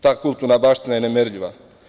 Ta kulturna baština je nemerljiva.